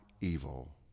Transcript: evil